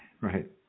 Right